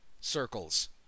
circles